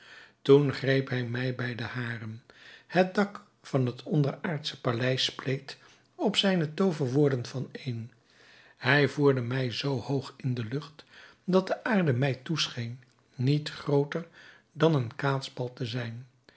toen greep hij mij bij de haren het dak van het onderaardsche paleis spleet op zijne tooverwoorden van een hij voerde mij zoo hoog in de lucht dat de aarde mij toescheen niet grooter dan een kaatsbal te zijn